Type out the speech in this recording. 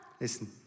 Listen